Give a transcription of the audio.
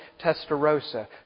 Testarossa